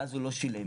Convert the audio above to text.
והוא לא שילם.